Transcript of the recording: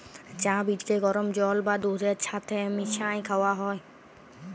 চাঁ বীজকে গরম জল বা দুহুদের ছাথে মিশাঁয় খাউয়া হ্যয়